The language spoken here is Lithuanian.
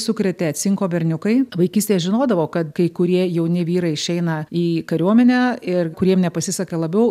sukrėtė cinko berniukai vaikystėje žinodavau kad kai kurie jauni vyrai išeina į kariuomenę ir kuriem nepasiseka labiau